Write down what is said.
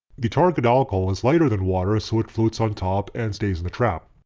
the target alcohol is lighter than water so it floats on top and stays in the trap.